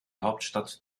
hauptstadt